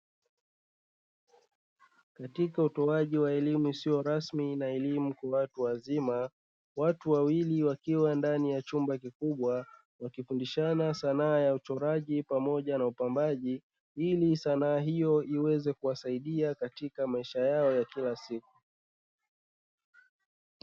Katika utoaji wa elimu isiyo rasmi na elimu kwa watu wazima; watu wawili wakiwa ndani ya chumba kikubwa wakifundishana sanaa ya uchoraji pamoja na upambaji, ili sanaa hiyo iweze kuwasaidia katika maisha yao ya kila siku.